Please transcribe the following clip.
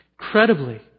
incredibly